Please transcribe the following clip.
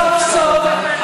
סוף-סוף,